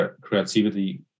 creativity